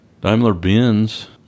Daimler-Benz